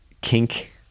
kink